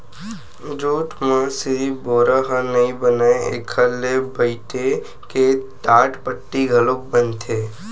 jute म सिरिफ बोरा ह नइ बनय एखर ले बइटे के टाटपट्टी घलोक बनथे